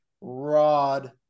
rod